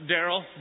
Daryl